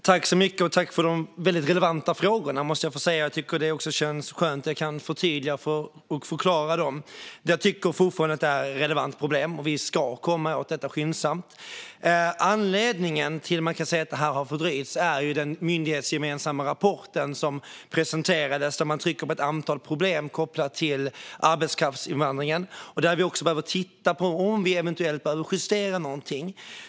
Fru talman! Tack, Paula Bieler, för de väldigt relevanta frågorna, måste jag få säga! Jag tycker också att det känns skönt att jag kan förtydliga och förklara när det gäller dem. Jag tycker fortfarande att detta är ett relevant problem, och vi ska komma åt det skyndsamt. Anledningen till att detta har fördröjts är den myndighetsgemensamma rapport som presenterades, där man trycker på ett antal problem kopplade till arbetskraftsinvandringen. Vi behöver också titta på om vi eventuellt behöver justera någonting.